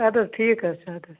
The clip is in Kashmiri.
اَدٕ حظ ٹھیٖک حظ چھُ اَدٕ حظ